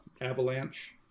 Avalanche